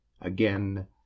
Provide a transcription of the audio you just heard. Again